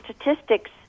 statistics